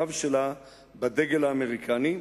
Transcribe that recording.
שלה בדגל האמריקני.